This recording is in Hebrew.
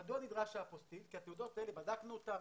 האפוסטיל נדרש כי התעודות האלה בדקנו אותן,